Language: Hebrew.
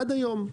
עד היום.